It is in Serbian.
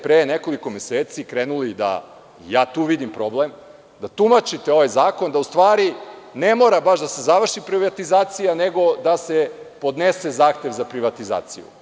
Pre nekoliko meseci ste krenuli, ja tu vidim problem, da tumačite ovaj zakon da u stvari ne mora baš da se završi privatizacija, nego da se podnese zahtev za privatizaciju.